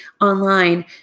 online